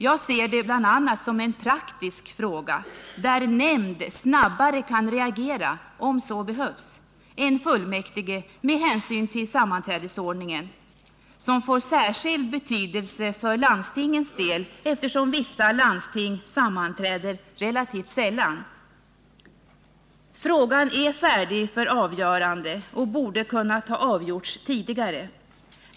Jag ser detta bl.a. som en praktisk fråga, där en nämnd om så behövs kan reagera snabbare än fullmäktige med hänsyn till sammanträdesordningen. Det får särskild betydelse för landstingens del, eftersom vissa landsting sammanträder relativt sällan. Frågan är färdig för avgörande och borde ha kunnat avgöras tidigare.